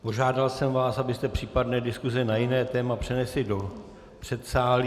Požádal jsem vás, abyste případné diskuse na jiné téma přenesli do předsálí.